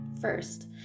first